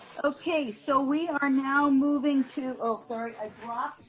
okay. so we are now moving to oh, sorry. i dropped.